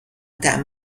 طعم